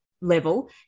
level